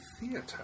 theater